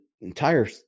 entire